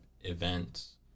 events